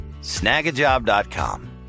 Snagajob.com